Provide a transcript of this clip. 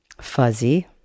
Fuzzy